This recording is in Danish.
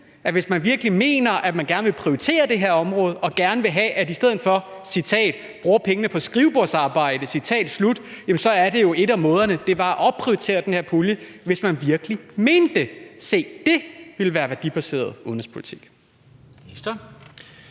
Hvis man virkelig mener, at man gerne vil prioritere det her område i stedet for at »bruge pengene på skrivebordsarbejde«, så er en af måderne at opprioritere den her pulje – hvis man virkelig mente det. Se, dét ville være værdibaseret udenrigspolitik.